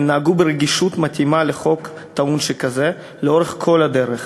הם נהגו ברגישות מתאימה לחוק טעון שכזה לאורך כל הדרך.